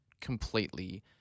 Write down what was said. completely